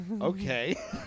Okay